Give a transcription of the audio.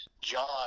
John